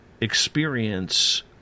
experience